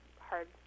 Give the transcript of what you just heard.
hard